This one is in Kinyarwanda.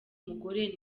mugore